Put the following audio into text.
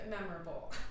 memorable